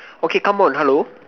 okay come on hello